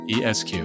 ESQ